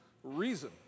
reason